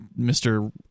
mr